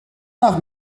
nach